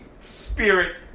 Spirit